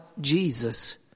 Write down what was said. Jesus